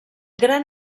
gran